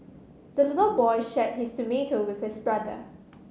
the little boy shared his tomato with his brother